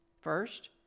First